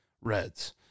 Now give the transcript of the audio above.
Reds